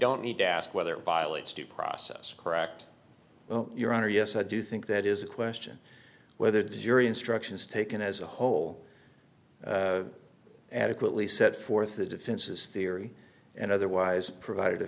don't need to ask whether it violates due process correct your honor yes i do think that is a question whether the jury instructions taken as a whole adequately set forth the defense's theory and otherwise provided a